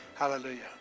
Hallelujah